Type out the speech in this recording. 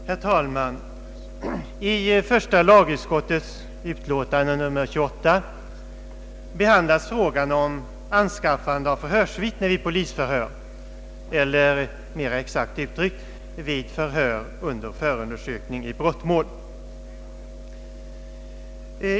Herr talman! I första lagutskottets utlåtande nr 28 behandlas frågan om anskaffande av förhörsvittne vid polisförhör, eller mera exakt uttryckt vid förhör under förundersökning i brottmål.